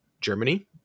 Germany